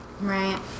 Right